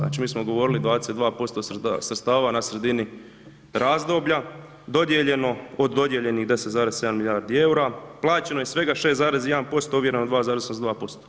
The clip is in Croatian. Znači, mi smo govorili 22% sredstava na sredini razdoblja dodijeljeno, od dodijeljenih 10,7 milijardi EUR-a plaćeno je svega 6,1%, ovjereno 2,82%